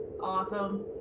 Awesome